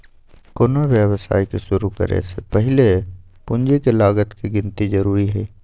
कोनो व्यवसाय के शुरु करे से पहीले पूंजी के लागत के गिन्ती जरूरी हइ